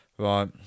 Right